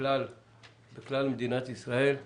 בכלל במדינת ישראל.